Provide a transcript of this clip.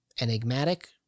enigmatic